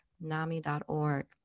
NAMI.org